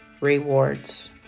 rewards